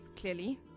Clearly